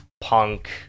punk